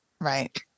Right